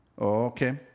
Okay